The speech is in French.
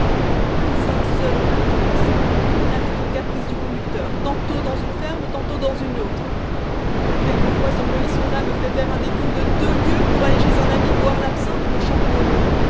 pas un seul relais fixe on arrête au caprice du conducteur tantôt dans une ferme tantôt dans une autre quelquefois ce polisson là me fait faire un détour de deux lieues pour aller chez un ami boire l'absinthe ou le